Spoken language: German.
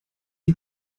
die